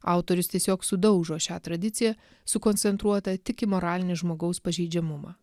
autorius tiesiog sudaužo šią tradiciją sukoncentruota tik į moralinį žmogaus pažeidžiamumą